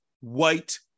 white